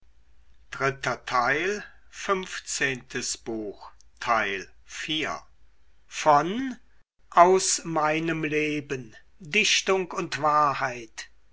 goethe aus meinem leben dichtung und wahrheit